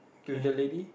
with the lady